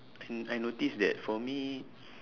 and I notice that for me